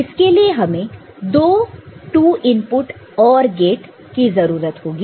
इसके लिए हमें दो 2 इनपुट OR गेट की जरूरत होगी